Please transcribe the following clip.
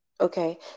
Okay